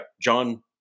John